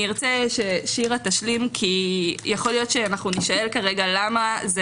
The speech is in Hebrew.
אני ארצה ששירה תשלים כי יכול להיות שנישאל למה זה